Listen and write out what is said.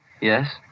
Yes